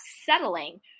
settling